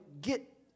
get